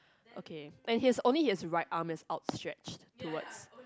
okay and his only his right arm is outstretched towards